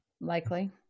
likely